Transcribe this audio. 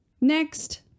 Next